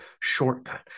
shortcut